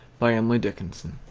by emily dickinson